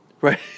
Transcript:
Right